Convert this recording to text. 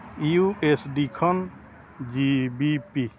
U S D ᱠᱷᱚᱱ G B P